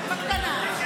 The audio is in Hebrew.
בקטנה.